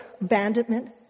abandonment